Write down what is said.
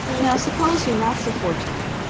now suppose you're not so fortunate,